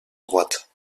droite